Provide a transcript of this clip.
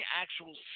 actual